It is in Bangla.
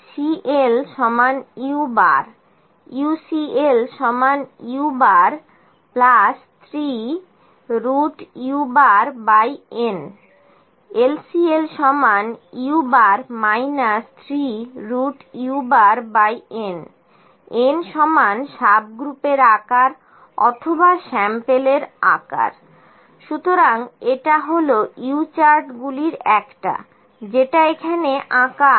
CL u UCL u3un LCL u 3un n সাবগ্রুপের আকার অথবা স্যাম্পেলের আকার সুতরাং এটা হল U চার্টগুলির একটা যেটা এখানে আঁকা আছে